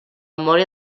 memòria